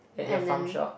at your Farm Shop